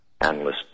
analysts